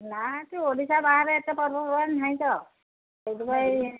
ନା ସେ ଓଡ଼ିଶା ବାହାରେ ଏତେ ପର୍ବପର୍ବାଣି ନାହିଁ ତ ସେଥିପାଇଁ